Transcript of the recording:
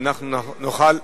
ואנחנו נוכל,